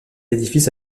édifice